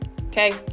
Okay